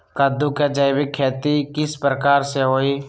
कददु के जैविक खेती किस प्रकार से होई?